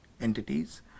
entities